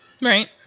right